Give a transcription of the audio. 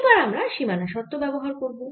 এবার আমরা সীমানা শর্ত ব্যবহার করব